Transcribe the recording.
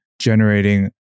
generating